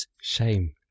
shame